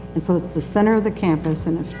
and so it's the center of the campus and it's,